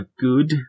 good